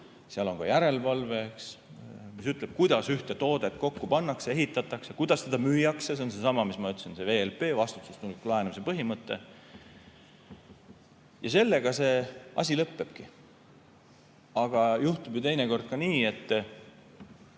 Seal on ka järelevalve, mis ütleb, kuidas ühte toodet kokku pannakse, ehitatakse, kuidas teda müüakse, see on seesama, mis ma ütlesin, see VLP, vastutustundliku laenamise põhimõte. Ja sellega see asi lõpebki. Aga juhtub teinekord ju ka nii, et